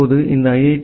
இப்போது இந்த ஐ